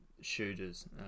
shooters